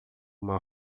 uma